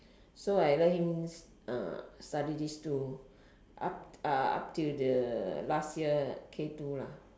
so I let him study this two up up till the last year K two